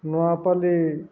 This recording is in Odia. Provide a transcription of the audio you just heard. ନୂଆପଲି